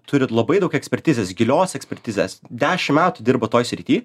turi labai daug ekspertizės gilios ekspertizės dešimt metų dirbo toj srity